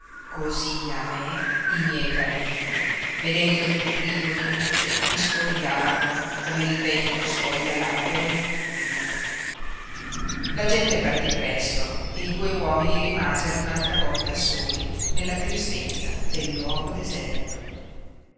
cosí a me i miei parenti vedendomi privo di luce mi spogliarono come il vento spoglia l'albero in autunno la gente partí presto e i due uomini rimasero un'altra volta soli nella tristezza del luogo deserto